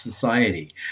society